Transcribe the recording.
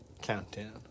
countdown